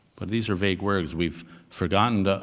but these are vague words. we've forgotten, and